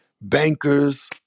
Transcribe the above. bankers